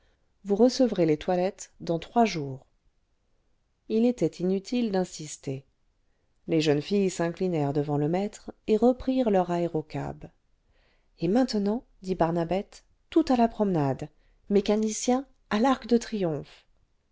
vous recevrez les toilettes dans trois jours il était inutile d'insister les jeunes filles s'inclinèrent devant le maître et reprirent leur aérocab et maintenant dit barnabette tout à la promenade mécanicien à l'arc de triomphe